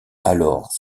alors